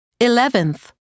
Eleventh